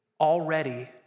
already